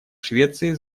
швеции